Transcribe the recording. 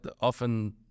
Often